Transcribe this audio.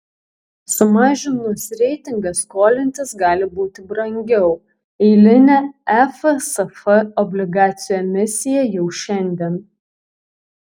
sumažinus reitingą skolintis gali būti brangiau eilinė efsf obligacijų emisija jau šiandien